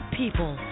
people